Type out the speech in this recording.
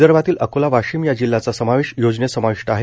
विदर्भातील अकोला वाशिम या जिल्ह्यांचा समावेश योजनेत समाविष्ट आहेत